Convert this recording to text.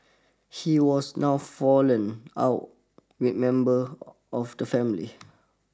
he was now fallen out remember of the family